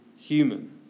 human